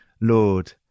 Lord